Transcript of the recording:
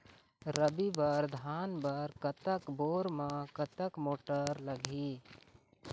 रबी बर धान बर कतक बोर म कतक मोटर लागिही?